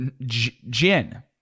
Jin